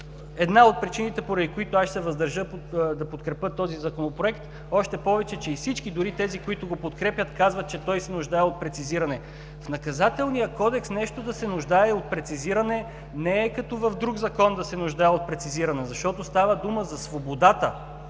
една от причините, поради които аз ще се въздържа да подкрепя този Законопроект, още повече че и всички, които го подкрепят, казват, че той се нуждае от прецизиране. В Наказателния кодекс нещо да се нуждае от прецизиране не е като в друг закон да се нуждае от прецизиране, защото става дума за свободата